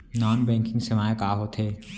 non banking सेवाएं का होथे